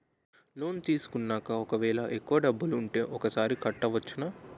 Loan తీసుకున్నాక ఒకవేళ ఎక్కువ డబ్బులు ఉంటే ఒకేసారి కట్టవచ్చున?